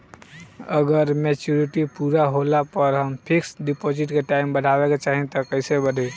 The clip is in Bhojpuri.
अगर मेचूरिटि पूरा होला पर हम फिक्स डिपॉज़िट के टाइम बढ़ावे के चाहिए त कैसे बढ़ी?